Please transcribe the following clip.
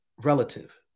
relative